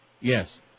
Yes